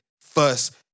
first